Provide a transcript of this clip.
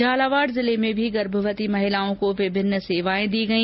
झालावाड़ जिले में भी गर्भवती महिलाओं को विभिन्न सेवाएं दी गई